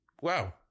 wow